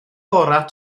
gorau